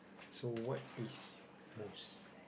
so what is most